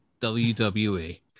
WWE